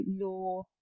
law